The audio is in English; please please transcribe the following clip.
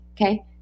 okay